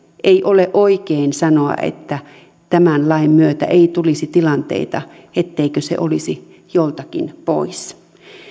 ei ole oikein sanoa että tämän lain myötä ei tulisi tilanteita että se olisi joltakin pois